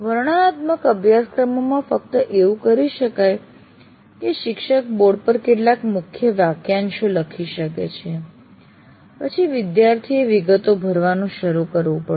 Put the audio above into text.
વર્ણનાત્મક અભ્યાસક્રમોમાં ફક્ત એવું કરી શકાય છે શિક્ષક બોર્ડ પર કેટલાક મુખ્ય વાક્યાંશો લખી શકે છે પછી વિદ્યાર્થીએ વિગતો ભરવાનું શરૂ કરવું પડશે